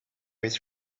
his